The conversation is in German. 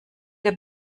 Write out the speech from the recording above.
der